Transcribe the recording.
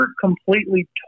completely